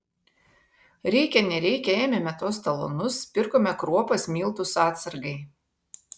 reikia nereikia ėmėme tuos talonus pirkome kruopas miltus atsargai